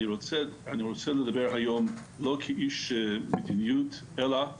רוצה לדבר היום לא כאיש מדיניות אלא כהורה,